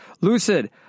Lucid